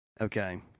Okay